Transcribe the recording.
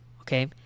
okay